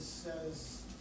Says